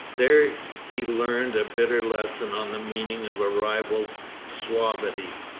there he learned a bitter lesson on the meaning of a rival's suavity.